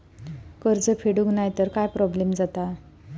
कर्ज फेडूक नाय तर काय प्रोब्लेम जाता?